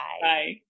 Bye